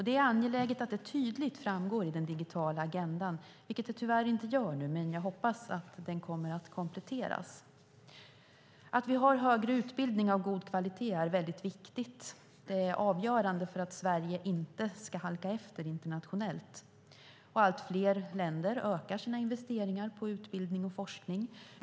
Det är angeläget att det tydligt framgår i den digitala agendan, vilket det tyvärr inte gör nu. Men jag hoppas att den kommer att kompletteras. Att Sverige har högre utbildning av god kvalitet är avgörande för att Sverige inte ska halka efter internationellt. Allt fler länder ökar sina investeringar i utbildning och forskning.